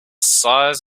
size